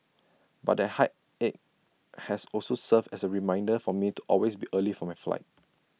but that heartache has also served as A reminder for me to always be early for my flight